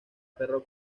perro